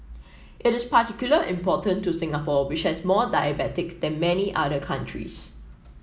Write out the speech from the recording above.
it is particularly important to Singapore which has more diabetics than many other countries